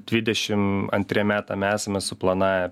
dvidešim antriem metam esame suplanavę